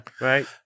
Right